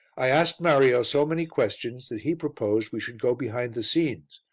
i asked mario so many questions that he proposed we should go behind the scenes,